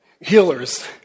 healers